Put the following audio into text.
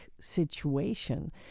situation